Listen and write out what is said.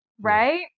right